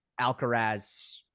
Alcaraz